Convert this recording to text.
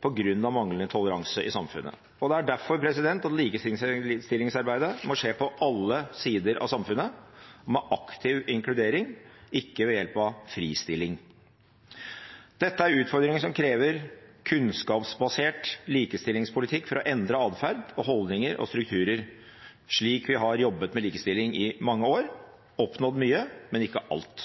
pga. manglende toleranse i samfunnet. Derfor må likestillingsarbeidet foregå på alle sider av samfunnet med aktiv inkludering, ikke ved hjelp av fristilling. Dette er utfordringer som krever kunnskapsbasert likestillingspolitikk for å endre adferd, holdninger og strukturer, slik vi har jobbet med likestilling i mange år. Vi har oppnådd mye, men ikke alt.